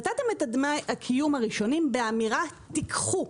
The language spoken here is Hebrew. נתתם את דמי הקיום הראשונים באמירה: תיקחו,